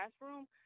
classroom